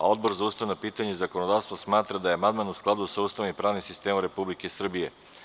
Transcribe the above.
Odbor za ustavna pitanja i zakonodavstvo smatra da je amandman u skladu sa Ustavom i pravnim sistemom Republike Srbije.